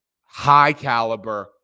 high-caliber